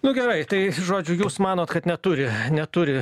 nu gerai tai žodžiu jūs manot kad neturi neturi